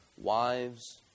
wives